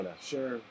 Sure